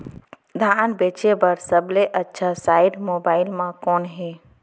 धान बेचे बर सबले अच्छा साइट मोबाइल म कोन हे?